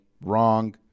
Wrong